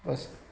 बसि